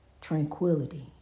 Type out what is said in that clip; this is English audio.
tranquility